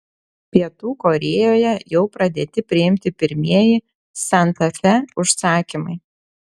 pietų korėjoje jau pradėti priimti pirmieji santa fe užsakymai